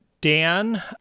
Dan